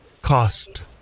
Cost